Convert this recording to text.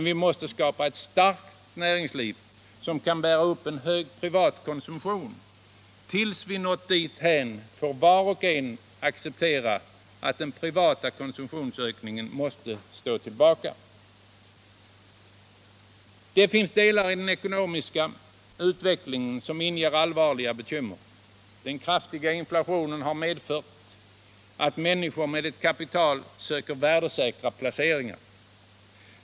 Vi måste skapa ett starkt näringsliv som kan bära upp en hög privat konsumtion. Tills vi har nått dithän får var och en acceptera att den privata konsumtionsökningen måste stå tillbaka. Det finns delar i den ekonomiska utvecklingen som inger allvarliga bekymmer. Den kraftiga inflationen har medfört att människor med ett kapital söker värdesäkra placeringar.